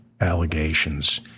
allegations